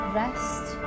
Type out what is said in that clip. rest